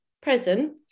present